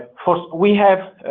first, we have